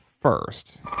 first